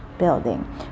building